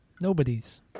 Nobody's